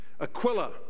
Aquila